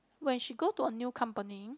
when she go to a new company